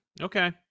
Okay